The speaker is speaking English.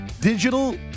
digital